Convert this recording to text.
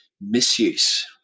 misuse